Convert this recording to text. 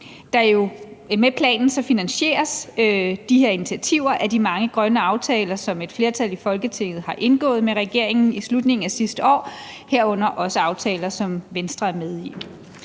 Med planen finansieres de her intiativer af de mange grønne aftaler, som et flertal i Folketinget har indgået med regeringen i slutningen af sidste år, herunder også aftaler, som Venstre er med i.